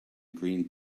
green